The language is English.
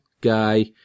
guy